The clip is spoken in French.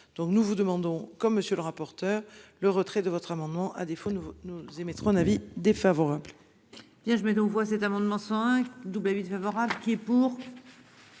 donc nous vous demandons, comme monsieur le rapporteur. Le retrait de votre amendement. À défaut, nous nous émettrons un avis défavorable. Tiens je. Mais cet amendement 5 doubles Avis favorable qui est pour.